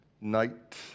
night